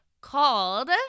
called